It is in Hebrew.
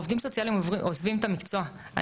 עובדים סוציאליים עוזבים את המקצוע.